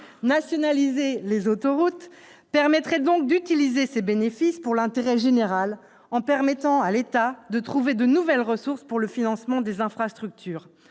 Nationaliser les autoroutes permettrait donc d'utiliser ces bénéfices pour l'intérêt général en permettant à l'État de trouver de nouvelles ressources pour le financement des infrastructures.